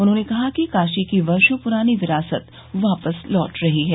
उन्होंने कहा कि काशी की वर्षो पुरानी विरासत वापस लौट रही है